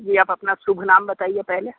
जी आप अपना शुभ नाम बताइए पहले